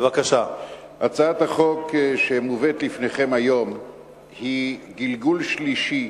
הצעת החוק שמובאת לפניכם היום היא גלגול שלישי